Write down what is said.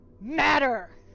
matter